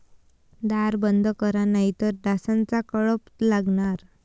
दार बंद करा नाहीतर डासांचा कळप लागणार